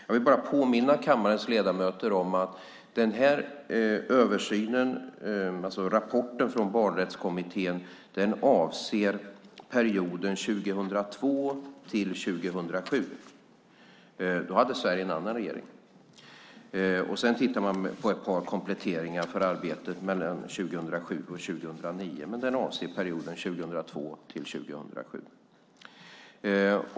Jag vill bara påminna kammarens ledamöter om att denna rapport från barnrättskommittén avser perioden 2002-2007. Då hade Sverige en annan regering. Sedan tittar barnrättskommittén på ett par kompletteringar gällande arbetet 2007-2009, men rapporten avser perioden 2002-2007.